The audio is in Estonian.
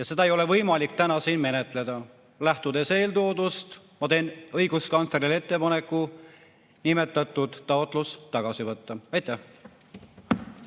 Ja seda ei ole võimalik täna siin menetleda. Lähtudes eeltoodust, ma teen õiguskantslerile ettepaneku nimetatud taotlus tagasi võtta. Aitäh!